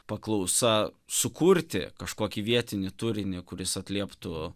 paklausa sukurti kažkokį vietinį turinį kuris atlieptų